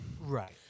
Right